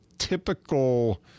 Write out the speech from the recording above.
typical